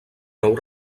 nou